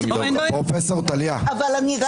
פרופ' טליה, לסיום.